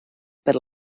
per